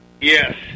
Yes